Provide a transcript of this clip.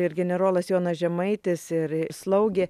ir generolas jonas žemaitis ir slaugė